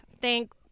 thank